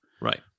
Right